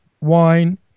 wine